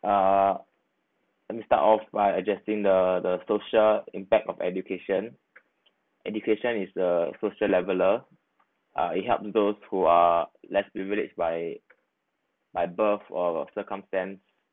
uh let me start off by adjusting the the social impact of education education is a social leveller uh you helped to those who are less privilege by by birth or circumstance